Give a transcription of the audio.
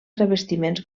revestiments